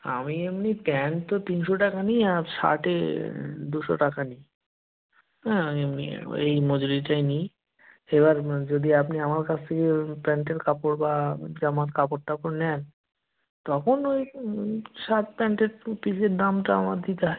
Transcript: আমি এমনি প্যান্ট তো তিনশো টাকা নিই আর শার্টে দুশো টাকা নিই হ্যাঁ এমনি এই মজুরিটাই নিই এবার যদি আপনি আমার কাছ থেকে প্যান্টের কাপড় বা জামার কাপড় টাপড় নেন তখন ওই শার্ট প্যান্টের পিসের দামটা আমার দিতে হয়